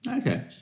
Okay